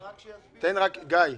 גיא,